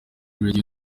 radio